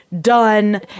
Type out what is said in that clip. done